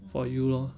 for you lor